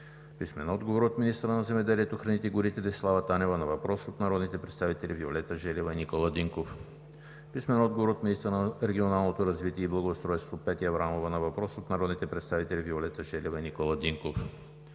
Динков; - министъра на земеделието, храните и горите Десислава Танева на въпрос от народните представители Виолета Желева и Никола Динков; - министъра на регионалното развитие и благоустройството Петя Аврамова на въпрос от народните представители Виолета Желева и Никола Динков;